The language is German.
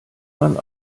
man